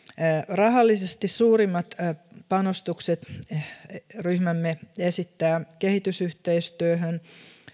rahallisesti suurimmat panostukset ryhmämme esittää kehitysyhteistyöhön